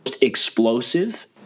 explosive